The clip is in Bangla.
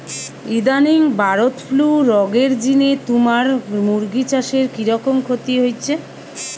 ইদানিং বারদ ফ্লু রগের জিনে তুমার মুরগি চাষে কিরকম ক্ষতি হইচে?